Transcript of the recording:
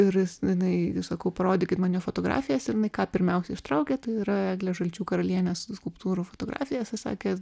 ir jis jinai sakau parodykit man jo fotografijas ir jinai ką pirmiausia ištraukė tai yra eglę žalčių karalienės skulptūrų fotografijas jisai sakė